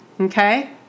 okay